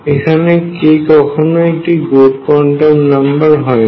এখানে k কখনোই একটি গুড কোয়ান্টাম নাম্বার হয় না